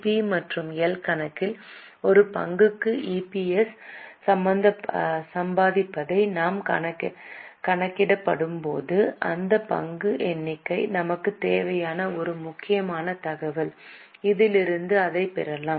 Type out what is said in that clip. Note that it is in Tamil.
பி மற்றும் எல் கணக்கில் ஒரு பங்குக்கு ஈபிஎஸ் சம்பாதிப்பதை நாம் கணக்கிடும்போது இந்த பங்கு எண்ணிக்கை நமக்குத் தேவையான ஒரு முக்கியமான தகவல் இதிலிருந்து அதைப் பெறலாம்